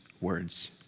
words